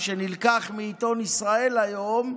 שנילקח מעיתון ישראל היום,